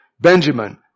Benjamin